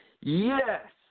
Yes